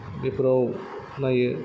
बेफोराव नायो